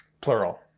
Plural